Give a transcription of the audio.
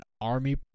army